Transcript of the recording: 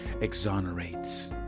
exonerates